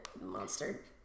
monster